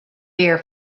beer